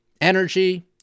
energy